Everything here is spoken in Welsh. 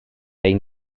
ein